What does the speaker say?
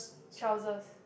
trousers